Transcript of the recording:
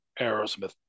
Aerosmith